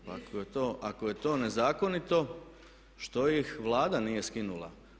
Pa ako je to nezakonito što ih Vlada nije skinula.